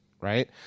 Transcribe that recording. right